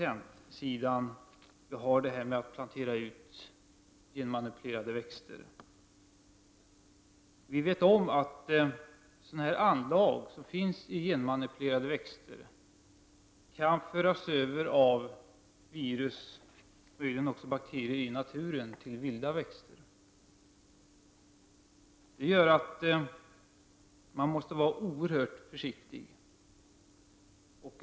Det handlar om patent och utplantering av genmanipulerade växter. Vi vet att de anlag som finns i genmanipulerade växter kan föras över av virus och möjligen också av bakterier i naturen till vilda växter. Detta gör att man måste vara oerhört försiktig.